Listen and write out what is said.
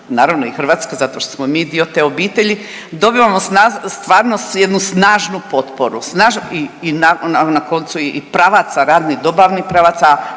naravno i Hrvatska, zato što smo mi dio te obitelji, dobivamo stvarno jednu snažnu potporu i na koncu i pravaca radnih, dobavnih pravaca,